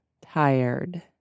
tired